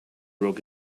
broke